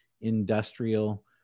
industrial